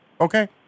Okay